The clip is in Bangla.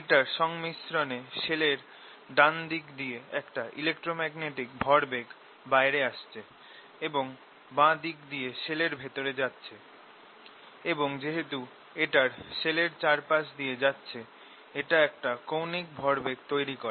এটার সংমিশ্রণে শেলের ডান দিক দিয়ে একটা ইলেক্ট্রোম্যাগনেটিক ভরবেগ বাইরে আসছে এবং বাঁ দিক দিয়ে শেলের ভেতরে যাচ্ছে এবং যেহেতু এটার শেলের চারপাশ দিয়ে যাচ্ছে এটা একটা কৌণিক ভরবেগ তৈরি করে